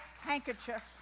handkerchief